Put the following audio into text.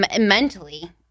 mentally